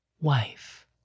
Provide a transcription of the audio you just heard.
wife